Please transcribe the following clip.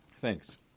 Thanks